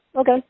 Okay